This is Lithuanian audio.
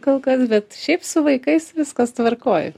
kol kas bet šiaip su vaikais viskas tvarkoj